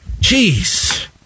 Jeez